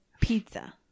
pizza